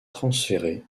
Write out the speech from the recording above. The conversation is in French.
transférée